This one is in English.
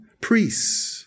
Priests